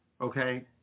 okay